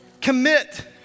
Commit